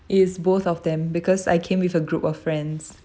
it's both of them because I came with a group of friends